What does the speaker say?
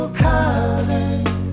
colors